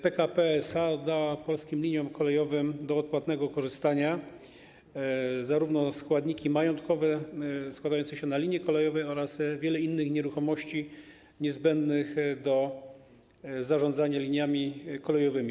PKP SA oddała Polskim Liniom Kolejowym do odpłatnego korzystania zarówno składniki majątkowe składające się na linie kolejowe, jak i wiele innych nieruchomości niezbędnych do zarządzania liniami kolejowymi.